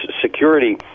security